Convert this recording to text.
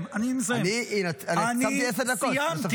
הוספתי עשר דקות.